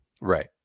right